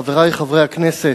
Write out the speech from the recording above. חברי חברי הכנסת,